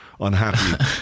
unhappy